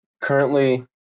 Currently